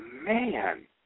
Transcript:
Man